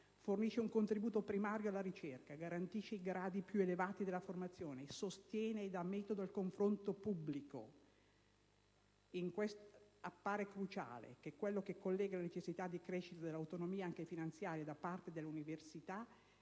fornisce un contributo primario alla ricerca, garantisce i gradi più elevati della formazione, sostiene e dà metodo al confronto pubblico...». Il testo continua affermando che "appare cruciale quello che collega la necessità di crescita dell'autonomia anche finanziaria da parte delle università...